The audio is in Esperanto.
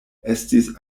estis